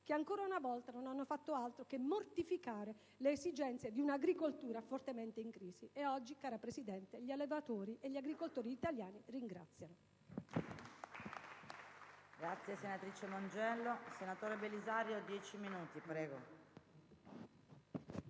che ancora una volta non hanno fatto altro che mortificare le esigenze di un'agricoltura fortemente in crisi. E oggi, cara Presidente, gli allevatori e gli agricoltori italiani ringraziano.